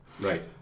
right